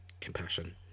compassion